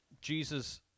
Jesus